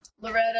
Loretta